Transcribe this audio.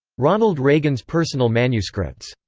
ronald reagan's personal manuscripts